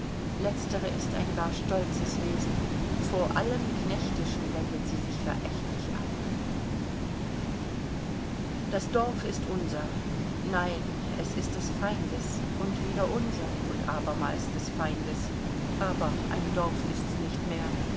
letztere ist ein gar stolzes wesen von allem knechtischen wendet sie sich verächtlich ab das dorf ist unser nein es ist des feindes und wieder unser und abermals des feindes aber ein dorf ist's nicht mehr